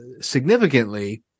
significantly